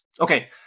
Okay